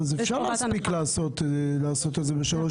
אז אפשר להספיק לעשות את זה בשלוש